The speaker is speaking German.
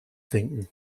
denken